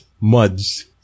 MUDs